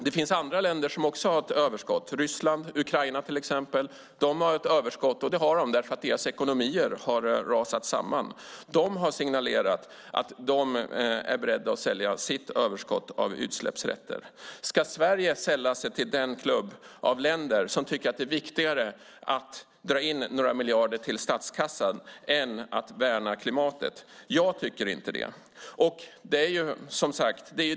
Det finns andra länder som också har ett överskott, Ryssland och Ukraina till exempel. De har ett överskott för att deras ekonomier har rasat samman. De har signalerat att de är beredda att sälja sitt överskott av utsläppsrätter. Ska Sverige sälla sig till den klubb av länder som tycker att det är viktigare att dra in några miljarder till statskassan än att värna klimatet? Jag tycker inte det.